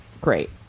Great